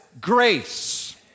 grace